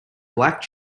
black